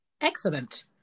excellent